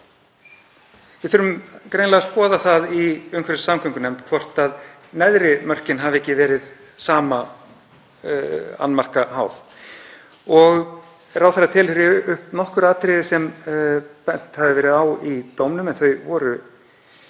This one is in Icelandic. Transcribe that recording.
Við þurfum greinilega að skoða það í umhverfis- og samgöngunefnd hvort neðri mörkin hafi ekki verið sama annmarka háð. Ráðherra telur upp nokkur atriði sem bent hafi verið á í dómnum en þau voru